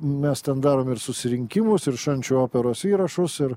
mes darom ir susirinkimus ir šančių operos įrašus ir